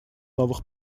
новых